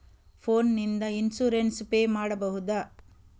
Phone ನಿಂದ insurance pay ಮಾಡಬಹುದ?